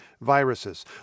viruses